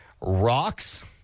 rocks